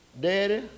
Daddy